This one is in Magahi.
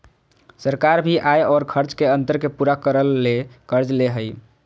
सरकार भी आय और खर्च के अंतर के पूरा करय ले कर्ज ले हइ